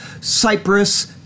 Cyprus